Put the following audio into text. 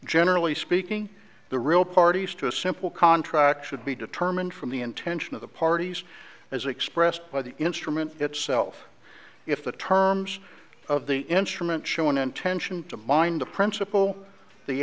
generally speaking the real parties to a simple contract should be determined from the intention of the parties as expressed by the instrument itself if the terms of the instrument show an intention to mind the principal the